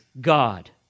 God